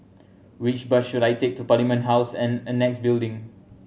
which bus should I take to Parliament House and Annexe Building